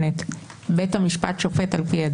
אני באמת מבקשת ממך ומפצירה בך: תעצרו את